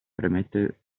premette